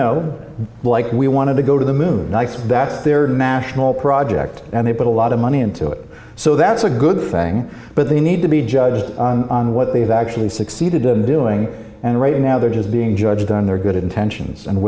know like we want to go to the moon that's their machinable project and they put a lot of money into it so that's a good thing but they need to be judged on what they've actually succeeded in doing and right now they're just being judged on their good intentions and